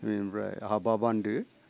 बेनिफ्राय हाबा बान्दो